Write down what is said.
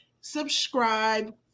subscribe